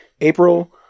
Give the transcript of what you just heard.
April